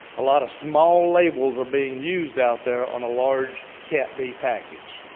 a lot of small labels are being used out there on a large cat b package.